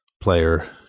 player